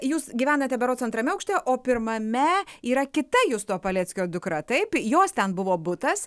jūs gyvenate berods antrame aukšte o pirmame yra kita justo paleckio dukra taip jos ten buvo butas